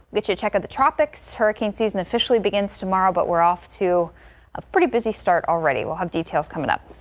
the check check of the tropics hurricane season, officially begins tomorrow but we're off to a pretty busy start already we'll have details coming up.